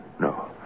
No